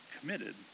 committed